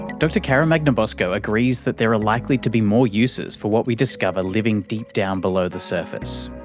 dr cara magnabosco agrees that there are likely to be more uses for what we discover living deep down below the surface,